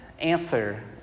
answer